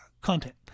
content